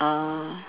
uh